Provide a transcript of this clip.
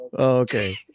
Okay